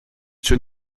schon